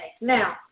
Now